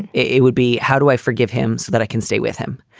it would be how do i forgive him so that i can stay with him.